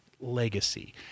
legacy